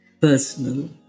personal